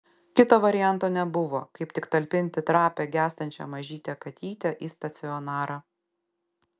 kito varianto nebuvo kaip tik talpinti trapią gęstančią mažytę katytę į stacionarą